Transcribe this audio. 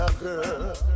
girl